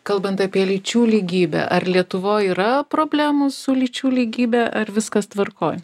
kalbant apie lyčių lygybę ar lietuvoj yra problemų su lyčių lygybe ar viskas tvarkoj